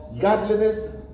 godliness